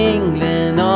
England